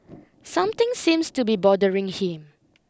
something seems to be bothering him